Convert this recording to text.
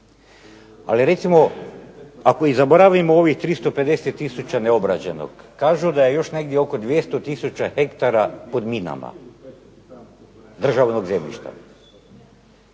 ali recimo ako i zaboravimo ovih 350 tisuća neobrađenog kažu da je još negdje oko 200 tisuća hektara pod minama državnog zemljišta.